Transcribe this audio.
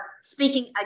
speaking